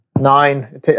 Nine